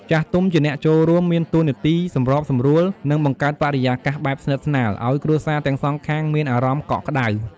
ចាស់ទុំជាអ្នកចូលរួម មានទួនាទីសម្របសម្រួល និង បង្កើតបរិយាកាសបែបស្និទ្ធស្នាល ឲ្យគ្រួសារទាំងសងខាងមានអារម្មណ៍កក់ក្ដៅ។